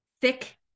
thick